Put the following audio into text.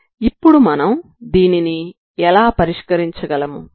ఇప్పుడు మనం దీనిని ఎలా పరిష్కరించగలము